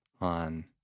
on